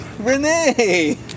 Renee